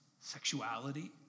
sexuality